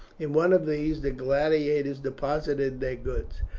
in one of these the gladiators deposited their goods.